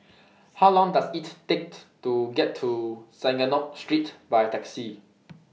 How Long Does IT Take to get to Synagogue Street By Taxi